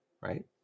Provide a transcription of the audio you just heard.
Right